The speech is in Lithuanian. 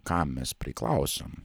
kam mes priklausom